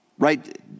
right